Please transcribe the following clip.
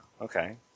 Okay